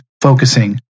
focusing